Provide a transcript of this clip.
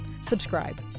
Subscribe